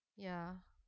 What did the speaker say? ya